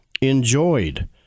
enjoyed